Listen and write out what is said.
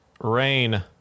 Rain